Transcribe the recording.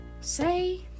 say